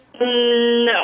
No